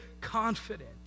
confident